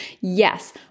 Yes